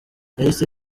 yahise